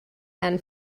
and